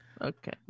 Okay